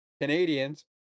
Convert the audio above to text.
Canadians